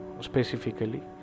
specifically